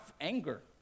anger